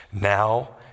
now